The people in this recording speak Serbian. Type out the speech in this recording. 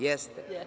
Jeste.